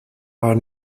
are